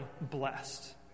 blessed